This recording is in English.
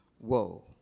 Whoa